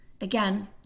again